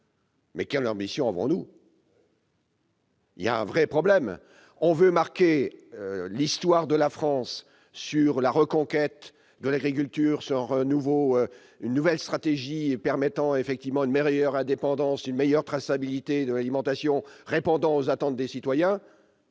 Quelle ambition avons-nous ? Il y a un vrai problème. Vous dites vouloir marquer l'histoire de la France par une reconquête, un renouveau de l'agriculture, avec une nouvelle stratégie permettant une meilleure indépendance et une meilleure traçabilité de l'alimentation répondant aux attentes des citoyens.